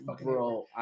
bro